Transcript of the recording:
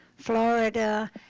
Florida